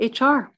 HR